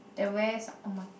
the west oh-my-god